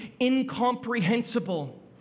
incomprehensible